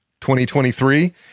2023